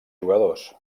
jugadors